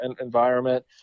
environment